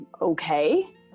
okay